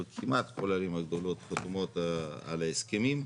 כמעט כל הערים הגדולות חתומות על ההסכמים.